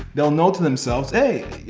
they'll know to themselves, hey,